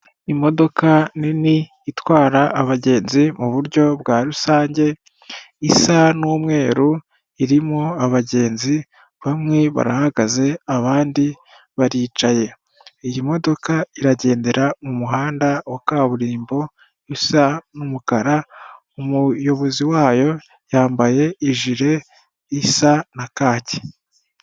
Imodoka nini itwara abagenzi mu buryo bwa rusange, isa n'umweru, irimo abagenzi, bamwe barahagaze, abandi baricaye. Iyi modoka iragendera mu muhanda wa kaburimbo isa n'umukara, umuyobozi wayo yambaye ijire isa na kaki.